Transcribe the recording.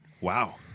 Wow